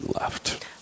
left